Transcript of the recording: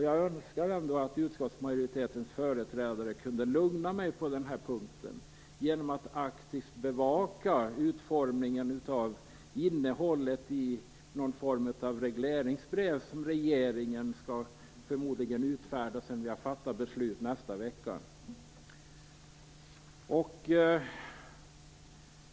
Jag önskar att utskottsmajoritetens företrädare kunde lugna mig på den här punkten genom att aktivt bevaka utformningen av innehållet i något slags regleringsbrev som regeringen förmodligen skall utfärda sedan vi har fattat beslut nästa vecka.